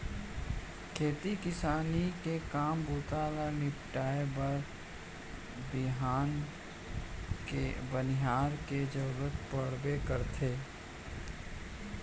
खेती किसानी के काम बूता ल निपटाए बर बनिहार के जरूरत पड़बे करथे